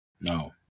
no